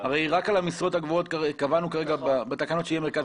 הרי רק על המשרות הגבוהות קבענו שיהיה מרכז